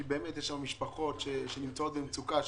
כי באמת יש שם משפחות שנמצאות במצוקה,